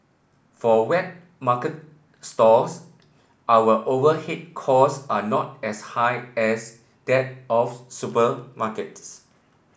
for wet market stalls our overhead cost are not as high as that of supermarkets